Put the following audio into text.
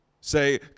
Say